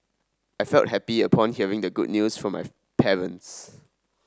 I felt happy upon hearing the good news from my parents